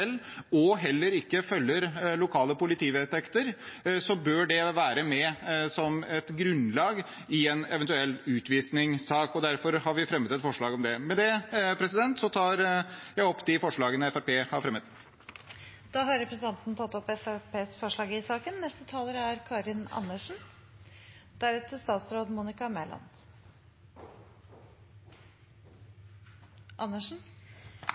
og heller ikke følger lokale politivedtekter. Det bør da være med som et grunnlag i en eventuell utvisningssak. Derfor har vi fremmet et forslag om det. Med det tar jeg opp de forslagene Fremskrittspartiet har fremmet. Representanten Jon Engen-Helgheim har tatt opp de forslagene han refererte til. Lovendringen som er